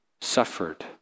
suffered